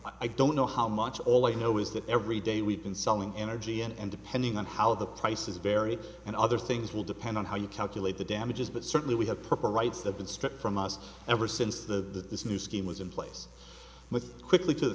i don't know how much all i know is that every day we've been selling energy and depending on how the prices vary and other things will depend on how you calculate the damages but certainly we have proper rights that been stripped from us ever since the new scheme was in place with quickly to